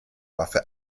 waffe